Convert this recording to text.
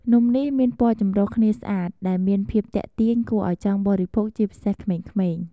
នំនេះមានពណ៌ចម្រុះគ្នាស្អាតដែលមានភាពទាក់ទាញគួរឱ្យចង់បរិភោគជាពិសេសក្មេងៗ។